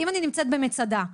אם אני נמצאת במצדה,